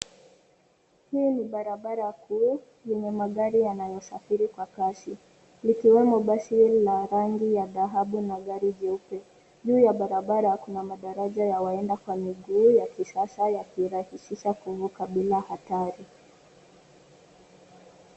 Hii ni barabara kuu yenye magari yanayosafiri kwa jasi likiwemo basi la rangi ya dhahabu na gari jeupe. Juu ya barabara kuna madaraja ya waenda kwa miguu ya kisasa yakirahisisha kuvuka bila hatari.